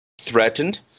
threatened